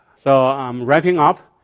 so i'm wrapping up.